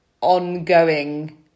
ongoing